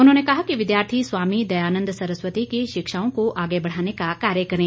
उन्होंने कहा कि विद्यार्थी स्वामी दयानंद सरस्वती की शिक्षाओं को आगे बढ़ाने का कार्य करें